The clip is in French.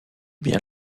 bien